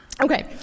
Okay